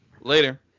Later